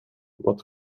wat